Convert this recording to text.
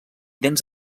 dents